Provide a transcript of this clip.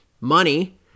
Money